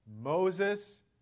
Moses